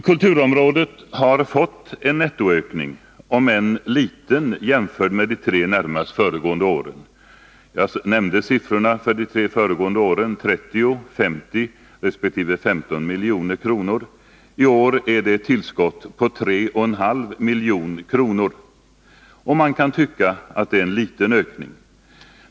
Kulturområdet har fått en nettoökning, om än liten jämfört med de tre närmast föregående åren — jag nämnde siffrorna för dessa år: 30, 50 resp. 15 milj.kr. I år är det ett tillskott på 3,5 milj.kr., och man kan tycka att det är en liten ökning.